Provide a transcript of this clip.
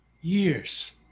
years